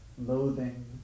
loathing